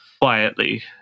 quietly